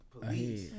police